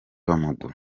w’amaguru